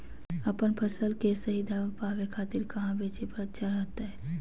अपन फसल के सही दाम पावे खातिर कहां बेचे पर अच्छा रहतय?